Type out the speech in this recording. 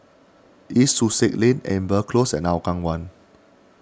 East Sussex Lane Amber Close and Hougang one